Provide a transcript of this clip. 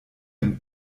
and